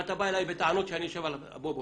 ואתה בא אלי בטענות שאני יושב על הפלטפורמה.